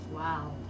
Wow